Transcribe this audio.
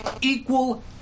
equal